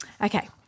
Okay